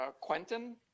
Quentin